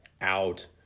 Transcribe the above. out